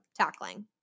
tackling